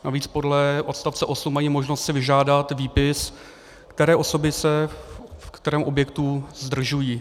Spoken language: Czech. Navíc podle odst. 8 mají možnost si vyžádat výpis, které osoby se v kterém objektu zdržují.